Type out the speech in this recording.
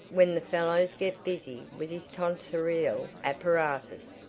when the fellows get busy with his tonsorial apparatus.